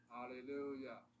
Hallelujah